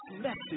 message